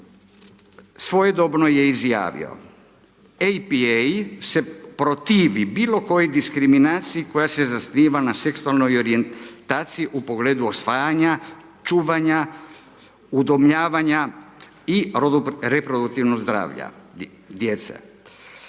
svojedobno je izjavio, APA se protivi bilo kojoj diskriminaciji koja se zasniva na seksualnoj orijentaciji u pogledu usvajanja, čuvanja, udomljavanja i reproduktivnog zdravlja djece.